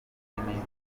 munini